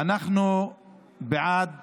אנחנו בעד